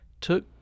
took